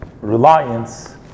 reliance